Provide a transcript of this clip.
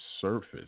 surface